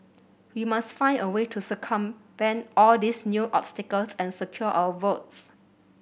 we must find a way to circumvent all these new obstacles and secure our votes